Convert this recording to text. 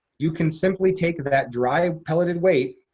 you can simply take that dry, pelleted weight,